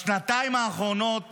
בשנתיים האחרונות